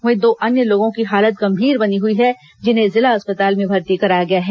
वहीं दो अन्य लोगों की हालत गंभीर बनी हुई है जिन्हें जिला अस्पताल में भर्ती कराया गया है